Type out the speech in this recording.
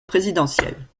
présidentielle